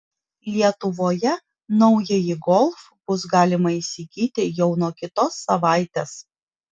lietuvoje naująjį golf bus galima įsigyti jau nuo kitos savaitės